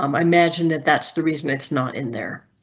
um i imagine that that's the reason it's not in there.